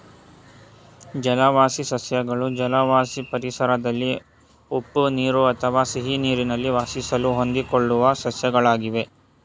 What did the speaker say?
ಜಲವಾಸಿ ಸಸ್ಯಗಳು ಜಲವಾಸಿ ಪರಿಸರದಲ್ಲಿ ಉಪ್ಪು ನೀರು ಅಥವಾ ಸಿಹಿನೀರಲ್ಲಿ ವಾಸಿಸಲು ಹೊಂದಿಕೊಳ್ಳುವ ಸಸ್ಯಗಳಾಗಿವೆ